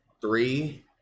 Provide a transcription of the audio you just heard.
three